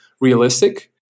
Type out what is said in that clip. realistic